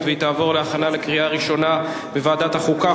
ותועבר להכנה לקריאה ראשונה בוועדת החוקה,